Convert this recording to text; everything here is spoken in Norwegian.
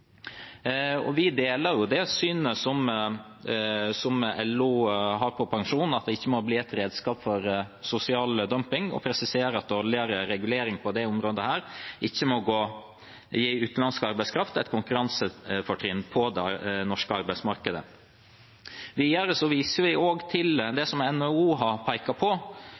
Vi deler det synet som LO har på pensjon, at det ikke må bli et redskap for sosial dumping, og presiserer at dårligere regulering på dette området ikke må gi utenlandsk arbeidskraft et konkurransefortrinn på det norske arbeidsmarkedet. Videre viser vi også til det som NHO har pekt på,